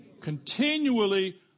Continually